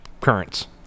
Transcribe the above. currents